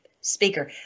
Speaker